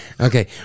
Okay